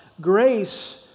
grace